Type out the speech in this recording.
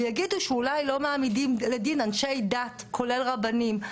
ויגידו שאולי לא מעמידים לדין אנשי דת כולל רבנים,